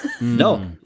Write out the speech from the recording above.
No